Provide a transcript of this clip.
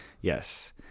Yes